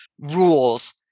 rules